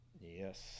Yes